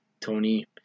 Tony